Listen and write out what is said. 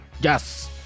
Yes